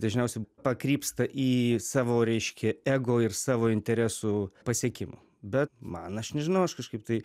dažniausiai pakrypsta į savo reiškia ego ir savo interesų pasiekimų bet man aš nežinau aš kažkaip tai